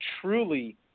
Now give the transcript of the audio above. truly